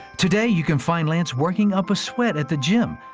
today you can find lance working up a sweat at the gym,